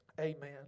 Amen